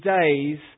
days